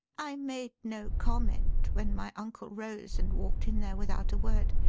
i made no comment when my uncle rose and walked in there without a word.